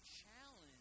challenge